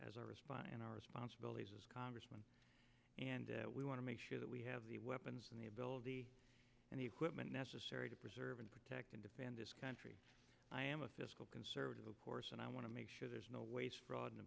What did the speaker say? as a response and our responsibility congressman and we want to make sure that we have the weapons and the ability and the equipment necessary to preserve protect and defend this country i am a fiscal conservative of course and i want to make sure there's no waste fraud and